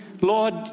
Lord